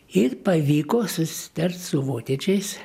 ir pavyko susitart su vokiečiais